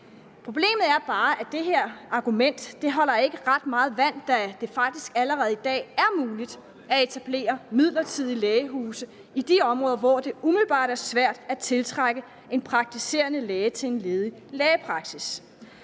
Problemet er bare, at det argument ikke holder ret meget vand, da det faktisk allerede i dag er muligt at etablere midlertidige lægehuse i de områder, hvor det umiddelbart er svært at tiltrække en praktiserende læge til en ledig lægepraksis.